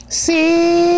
see